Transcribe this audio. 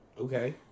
Okay